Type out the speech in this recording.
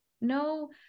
no